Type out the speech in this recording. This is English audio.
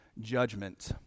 judgment